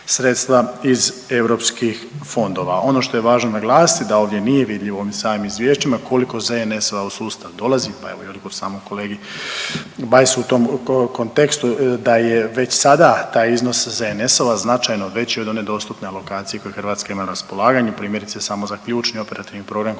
iz EU fondova. Ono što je važno naglasiti, da ovdje nije vidljivo u ovim samim izvješćima koliko ZNS-ova u sustav dolazi pa evo i odgovor samom kolegi Bajsu u tom kontekstu da je već sada taj iznos ZNS-ova značajno veći od one dostupne alokacije koju Hrvatska ima na raspolaganju, primjerice samo za ključni Operativni program Konkurentnost